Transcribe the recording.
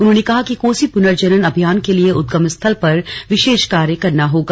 उन्होंने कहा कि कोसी पुनर्जनन अभियान के लिए उद्गम स्थल पर विशेष कार्य करना होगा